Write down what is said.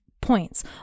points